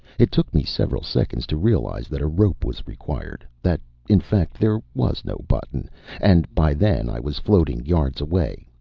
it took me several seconds to realize that a rope was required, that in fact there was no button and by then i was floating yards away,